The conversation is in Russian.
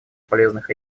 полезных